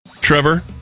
Trevor